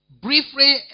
briefly